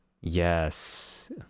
Yes